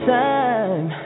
time